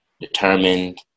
determined